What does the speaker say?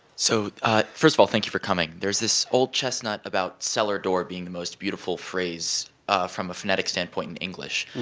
so first of all, thank you for coming. there's this old chestnut about cellar door being the most beautiful phrase from a phonetic standpoint in english.